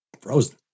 Frozen